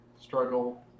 Struggle